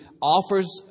offers